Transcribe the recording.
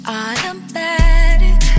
automatic